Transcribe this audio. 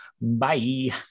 Bye